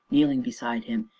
kneeling beside him,